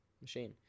machine